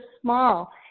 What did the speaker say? small